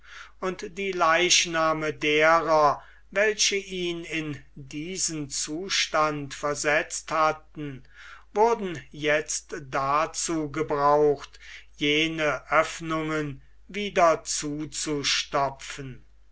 und die leichname derer welche ihn in diesen zustand versetzt hatten wurden jetzt dazu gebraucht jene oeffnungen wieder zuzustopfen